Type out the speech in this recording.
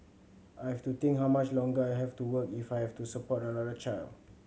I have to think how much longer I have to work if I have to support another child